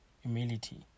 humility